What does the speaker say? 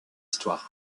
histoire